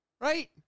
Right